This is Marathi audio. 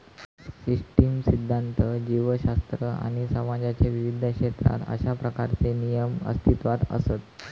सिस्टीम सिध्दांत, जीवशास्त्र आणि समाजाच्या विविध क्षेत्रात अशा प्रकारचे नियम अस्तित्वात असत